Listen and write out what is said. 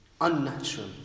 unnatural